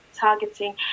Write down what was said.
targeting